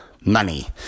money